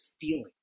feeling